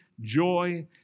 joy